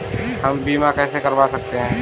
हम बीमा कैसे करवा सकते हैं?